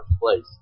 place